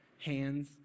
hands